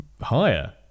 Higher